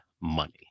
money